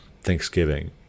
Thanksgiving